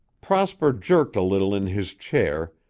prosper jerked a little in his chair,